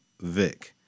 Vic